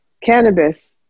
cannabis